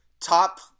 top